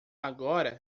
agora